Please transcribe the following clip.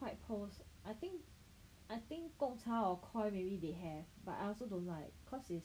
pearls I think I think Gongcha or Koi maybe they have but I also don't like cause it's